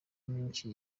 myinshi